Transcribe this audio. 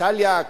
איטליה,